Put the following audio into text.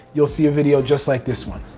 you'll see a video just like this one.